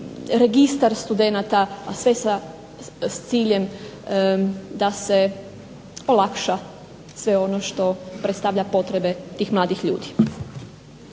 registar studenata, a sve sa ciljem da se olakša sve ono što predstavlja potrebe tih mladih ljudi.